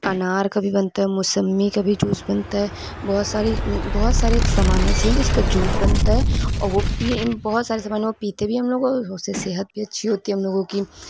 انار کا بھی بنتا ہے موسمی کا بھی جوس بنتا ہے بہت ساری بہت سارے سامان ایسے ہیں جس کا جوس بنتا ہے اور وہ بہت سارے سمانوں کو پیتے بھی ہیں ہم لوگ اور اس سے صحت بھی اچھی ہوتی ہے ہم لوگوں کی